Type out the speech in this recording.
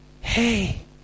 hey